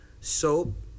soap